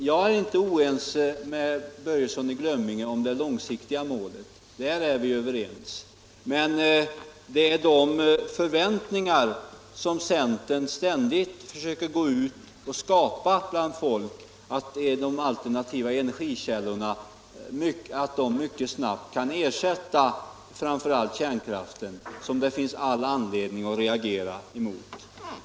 Jag är inte oense med herr Börjesson i Glömminge om det långsiktiga målet, men det finns all anledning att reagera mot de förväntningar som centern ständigt försöker skapa bland folk om att de alternativa energikällorna mycket snabbt kan ersätta framför allt kärnkraften.